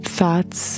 Thoughts